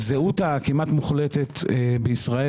הזהות הכמעט מוחלטת בישראל,